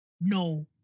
no